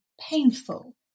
painful